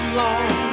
long